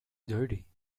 dirty